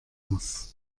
muss